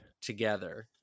Together